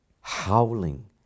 howling